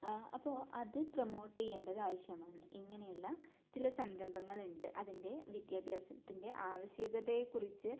അപ്പോൾ അത് പ്രമോട്ട് ചെയ്യേണ്ടത് ആവശ്യമാണ് ഇങ്ങനെയുള്ള ചില സംരംഭങ്ങളുണ്ട് അതിൻ്റെ വിദ്യാഭ്യാസത്തിൻ്റെ ആവശ്യകതയെ കുറിച്ച്